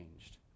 changed